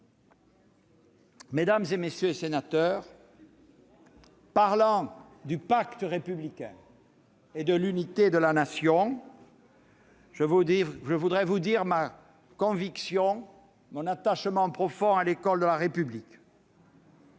Mesdames, messieurs les sénateurs, parlant du pacte républicain et de l'unité de la Nation, je tiens à marquer mon attachement profond à l'école de la République.